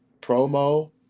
promo